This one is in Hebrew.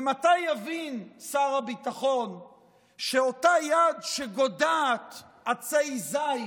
ומתי יבין שר הביטחון שאותה יד שגודעת עצי זית